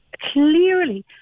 clearly